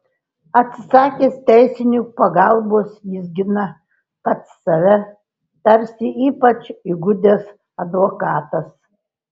atsisakęs teisininkų pagalbos jis gina pats save tarsi ypač įgudęs advokatas